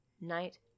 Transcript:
night